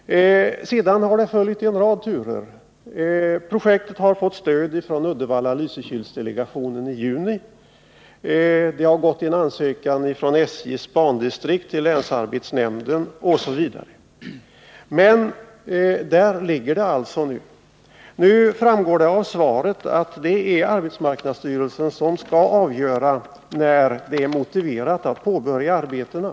Sedan har det följt en rad turer. Projektet har i juni fått stöd av Uddevalla-Lysekil-delegationen. Ansökan har lämnats in av SJ:s bandistrikt till länsarbetsnämnden osv. Så ligger det alltså till f.n. Nu framgår det av svaret att det är arbetsmarknadsstyrelsen som skall avgöra när det är motiverat att påbörja arbetena.